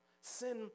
Sin